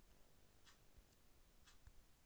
धनमा कटबाकार कैसे उकरा रख हू?